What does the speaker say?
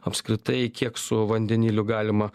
apskritai kiek su vandeniliu galima